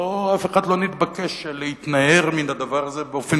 אף אחד לא נתבקש להתנער מהדבר הזה באופן